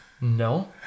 no